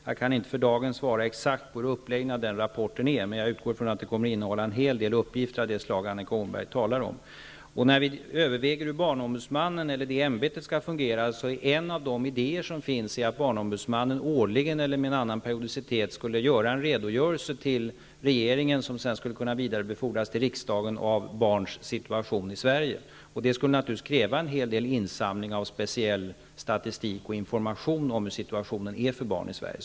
Jag kan inte för dagen svara exakt på hur den rapporten är upplagd, men jag utgår ifrån att den kommer att innehålla en hel del uppgifter av det slag Annika Åhnberg talar om. När vi överväger hur barnombudsmannen eller det ämbetet skall fungera, är en av de idéer som finns att barnombudsmannen årligen eller med en annan periodicitet skulle lämna en redogörelse till regeringen om barns situation i Sverige som sedan skulle vidarebefordras till riksdagen. Det skulle naturligtvis kräva en hel del insamling av speciell statistik och information om hur situationen är för barn i Sverige.